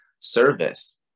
service